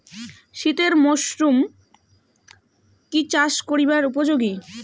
শীতের মরসুম কি চাষ করিবার উপযোগী?